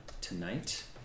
tonight